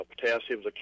potassium